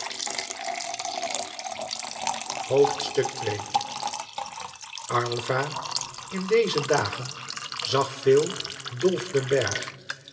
aylva in deze dagen zag veel dolf den bergh